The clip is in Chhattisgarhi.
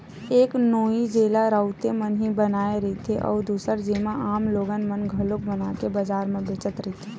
एक नोई जेला राउते मन ही बनाए रहिथे, अउ दूसर जेला आम लोगन मन घलोक बनाके बजार म बेचत रहिथे